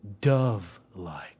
dove-like